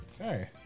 Okay